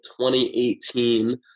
2018